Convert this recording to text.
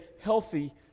healthy